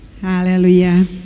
Hallelujah